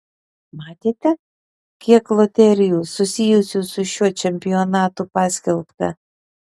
matėte kiek loterijų susijusių su šiuo čempionatu paskelbta